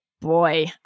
Boy